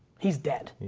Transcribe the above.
he's dead,